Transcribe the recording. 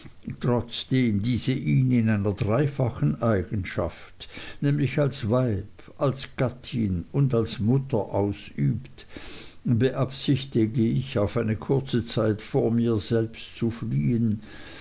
trotzdem diese ihn in einer dreifachen eigenschaft nämlich als weib als gattin und als mutter ausübt beabsichtige ich auf eine kurze zeit vor mir selbst